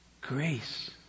grace